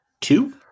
Two